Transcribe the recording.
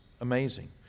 Amazing